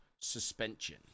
suspension